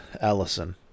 Allison